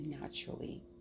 naturally